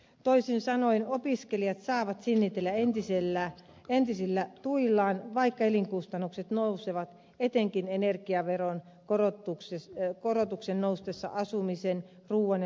toisin sanoen opiskelijat saavat sinnitellä entisillä tuillaan vaikka elinkustannukset nousevat etenkin energiaveron korotuksen nostaessa asumisen ruuan ja liikkumisen hintaa